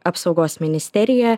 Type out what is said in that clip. apsaugos ministeriją